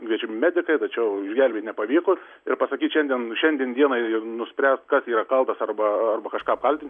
kviečiami medikai tačiau išgelbėt nepavykus ir pasakyt šiandien šiandien dienai nuspręs kad yra kaltas arba arba kažką kaltint